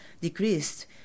decreased